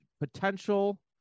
potential